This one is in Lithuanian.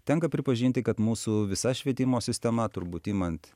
tenka pripažinti kad mūsų visa švietimo sistema turbūt imant